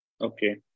Okay